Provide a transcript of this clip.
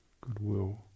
goodwill